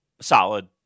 Solid